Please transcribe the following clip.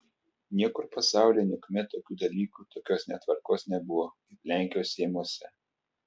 niekur pasaulyje niekuomet tokių dalykų tokios netvarkos nebuvo kaip lenkijos seimuose